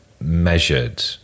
measured